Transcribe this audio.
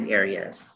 areas